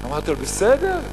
אמרתי: בסדר.